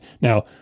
Now